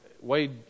Wade